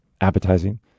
appetizing